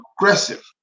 aggressive